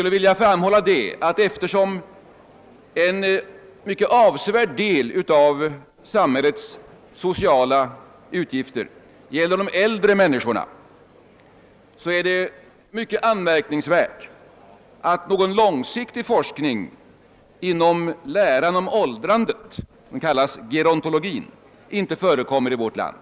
Eftersom en avsevärd del av samhällets sociala utgifter gäller de äldre människorna är det anmärkningsvärt att någon långsiktig forskning rörande läran om åldrandet, den s.k. gerontologin, inte förekommer i vårt land.